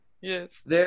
Yes